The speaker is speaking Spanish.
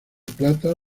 plata